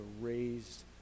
raised